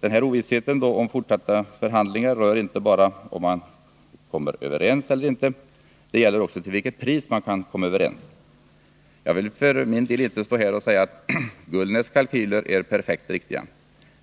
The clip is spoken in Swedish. Den här ovissheten om fortsatta förhandlingar rör inte bara om man kan komma överens eller inte — den gäller också till vilket pris man kan komma överens. Jag vill för min del inte stå här och säga att Gullnäs kalkyler är perfekt riktiga.